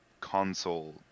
console